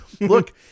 look